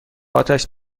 آتش